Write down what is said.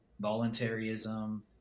voluntarism